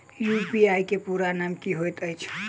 UPI केँ पूरा नाम की होइत अछि?